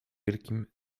wielkim